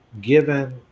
given